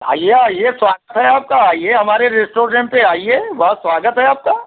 भैया ये स्वागत है आपका ये हमारे रेस्टोरेंट पर आइए बहुत स्वागत है आपका